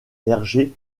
vergers